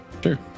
Sure